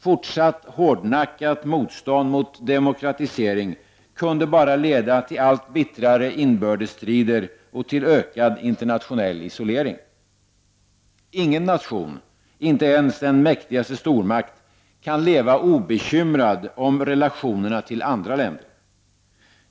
Fortsatt hårdnackat motstånd mot demokratisering kunde bara leda till allt bittrare inbördesstrider och till ökad internationell isolering. Ingen nation, inte ens den mäktigaste stormakt, kan leva obekymrad om relationerna till andra länder.